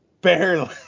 barely